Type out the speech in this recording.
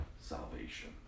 salvation